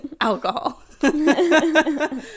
Alcohol